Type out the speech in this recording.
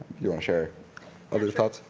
you wanna share other thoughts?